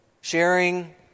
sharing